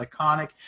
iconic